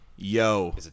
Yo